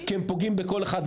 כי הם פוגעים בכל אחת,